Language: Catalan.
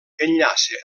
enllaça